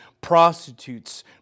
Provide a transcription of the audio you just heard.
prostitutes